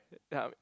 ya